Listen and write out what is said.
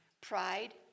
Pride